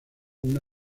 una